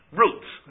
roots